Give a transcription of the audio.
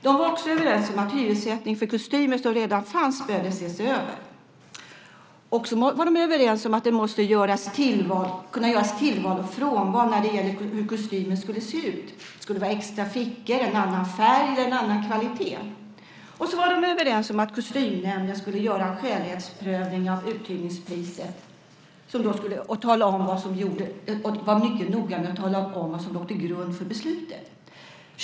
De var också överens om att hyressättningen för kostymer som redan fanns behövde ses över. De var överens om att det måste kunna göras tillval och frånval när det gäller hur kostymen skulle se ut. Ska det vara extra fickor, en annan färg eller en annan kvalitet? De var överens om att kostymnämnden skulle göra en skälighetsprövning av uthyrningspriset och vara mycket noga med att tala om vad som låg till grund för beslutet.